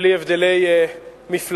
שבלי הבדלי מפלגות,